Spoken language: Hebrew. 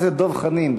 אני